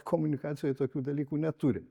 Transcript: komunikacijoj tokių dalykų neturi